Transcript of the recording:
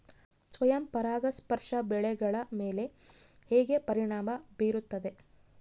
ಸ್ವಯಂ ಪರಾಗಸ್ಪರ್ಶ ಬೆಳೆಗಳ ಮೇಲೆ ಹೇಗೆ ಪರಿಣಾಮ ಬೇರುತ್ತದೆ?